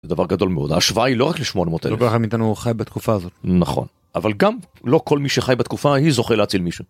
דבר גדול מאוד ההשוואה היא לא רק ל-800 אלף. נכון אבל גם לא כל מי שחי בתקופה ההיא זוכה להציל מישהו.